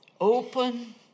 open